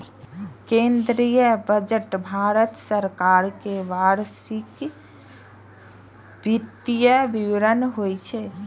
केंद्रीय बजट भारत सरकार के वार्षिक वित्तीय विवरण होइ छै